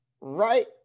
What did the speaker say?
right